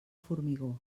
formigó